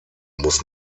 muss